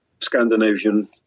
Scandinavian